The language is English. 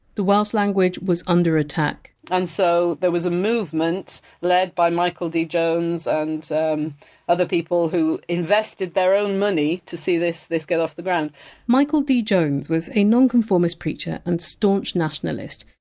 the welsh language was under attack and so there was a movement led by michael d. jones and um other people who invested their own money to see this this get off the ground michael d. jones was a nonconformist preacher and staunch nationalist,